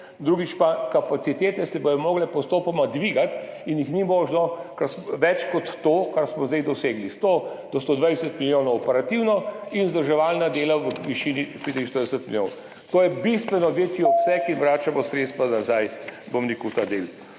drugič pa, kapacitete se bodo morale postopoma dvigati in jih ni možno za več kot to, kar smo zdaj dosegli, 100 do 120 milijonov operativno in vzdrževalna dela v višini 45 milijonov. To je bistveno večji obseg in vračamo sredstva v ta del.